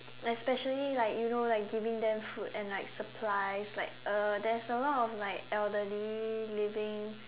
especially like you know like giving them food and like supplies like uh there's a lot of like elderly living